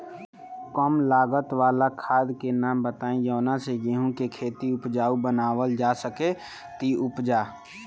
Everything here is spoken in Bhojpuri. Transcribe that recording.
कम लागत वाला खाद के नाम बताई जवना से गेहूं के खेती उपजाऊ बनावल जा सके ती उपजा?